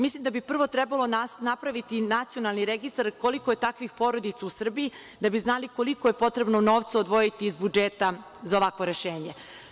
Mislim da bi prvo trebalo napraviti nacionalni registar koliko je takvih porodica u Srbiji da bi znali koliko je potrebno novca odvojiti iz budžeta za ovakvo rešenje.